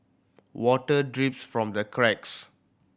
water drips from the cracks